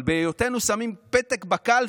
אבל בהיותנו שמים פתק בקלפי,